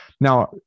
Now